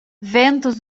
ventos